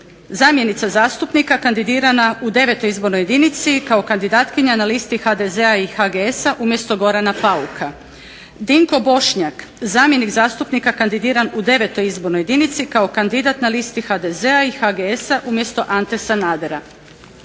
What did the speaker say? zamjenica zastupnika kandidirana u 9. izbornoj jedinici kao kandidatkinja na listi HDZ-a i HGS-a umjesto Gorana Pauka, Dinko Bošnjak zamjenik zastupnika kandidiran u 9. izbornoj jedinici kao kandidat na listi HDZ-a i HGS-a umjesto Ante Sanadera,